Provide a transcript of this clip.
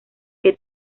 que